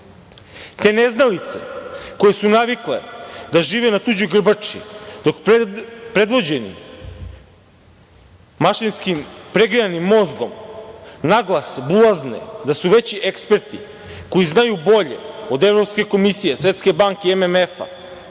Te neznalice koje su navikle da žive na tuđoj grbači, predvođeni mašinskim pregrejanim mozgom, naglas bulazne da su veći eksperti koji znaju bolje od Evropske komisije, Svetske banke i MMF-a.